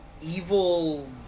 evil